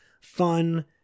fun